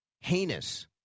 heinous